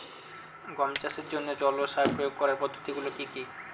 গম চাষের জন্যে জল ও সার প্রয়োগ করার পদ্ধতি গুলো কি কী?